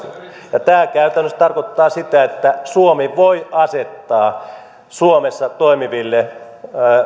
laskemia tämä käytännössä tarkoittaa sitä että suomi voi asettaa suomessa toimiville